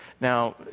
Now